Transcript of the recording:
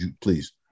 please